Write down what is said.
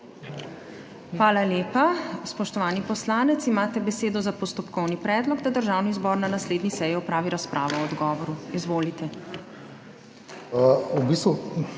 Hvala lepa. Spoštovani poslanec, imate besedo za postopkovni predlog, da Državni zbor na naslednji seji opravi razpravo o odgovoru. Izvolite.